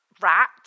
rat